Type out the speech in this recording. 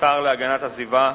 לשר להגנת הסביבה,